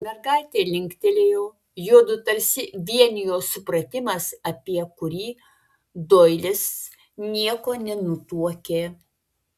mergaitė linktelėjo juodu tarsi vienijo supratimas apie kurį doilis nieko nenutuokė